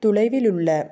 தொலைவில் உள்ள